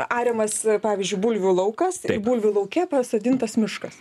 ariamas pavyzdžiui bulvių laukas bulvių lauke pasodintas miškas